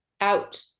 out